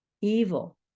evil